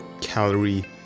calorie